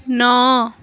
ନଅ